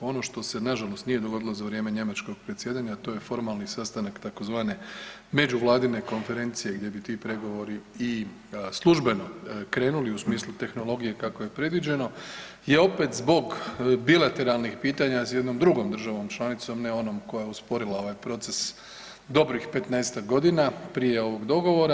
Ono što se na žalost nije dogodilo za vrijeme njemačkog predsjedanja, a to je formalni sastanak tzv. Međuvladine konferencije gdje bi ti pregovori i službeno krenuli u smislu tehnologije kako je predviđeno je opet zbog bilateralnih pitanja sa jednom drugom državom članicom, ne onom koja je usporila ovaj proces dobrih petnaestak godina prije ovog dogovora.